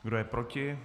Kdo je proti?